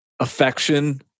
affection